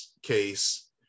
case